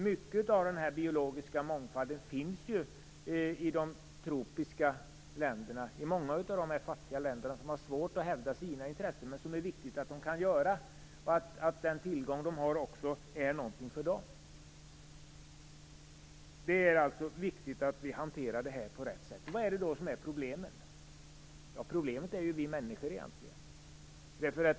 Mycket av den biologiska mångfalden finns i de tropiska länderna. Många av de fattiga länderna har svårt att hävda sina intressen, men det är viktigt att de kan göra det och att den tillgång de har också är någonting för dem. Det är viktigt att vi hanterar detta på rätt sätt. Vilka är då problemen? Problemet är egentligen vi människor.